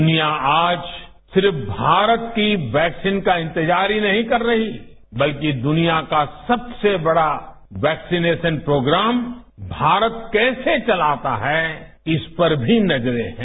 दुनिया आज सिर्फ भारत की वैक्सीन का इंतजार ही नहीं कर रही बल्कि दुनिया का सबसे बड़ा वैक्सीनेशन प्रोग्राम भारत कैसे चलाता है इस पर भी नजरें हैं